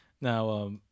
Now